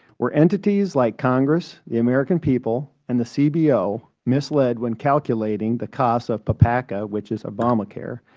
where entities like congress the american people, and the cbo misled when calculating the cost of papaca, which is obamacare,